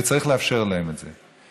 וצריך לאפשר להם את זה.